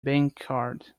bankcard